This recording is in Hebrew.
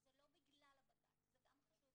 זה קרה עוד קצת קודם,